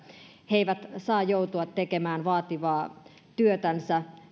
he eivät saa joutua tekemään vaativaa työtänsä